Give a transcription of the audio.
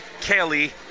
Kelly